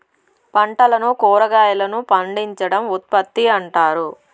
పంటలను కురాగాయలను పండించడం ఉత్పత్తి అంటారు